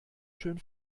schön